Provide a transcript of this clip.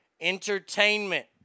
entertainment